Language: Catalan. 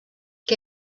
què